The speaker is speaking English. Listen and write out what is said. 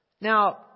Now